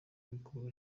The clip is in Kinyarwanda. bikorwa